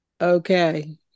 Okay